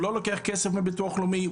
הוא לא לוקח כסף מביטוח לאומי,